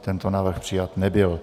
Tento návrh přijat nebyl.